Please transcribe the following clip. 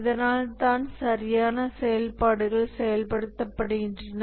இதனால் தான் சரியான செயல்பாடுகள் செயல்படுத்தப்படுகின்றன